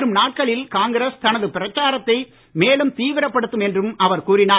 வரும் நாட்களில் காங்கிரஸ் தனது பிரச்சாரத்தை மேலும் தீவிரப்படுத்தும் என்றும் அவர் கூறினார்